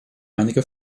einige